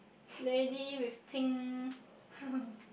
lady with pink